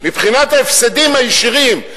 מבחינת ההפסדים הישירים.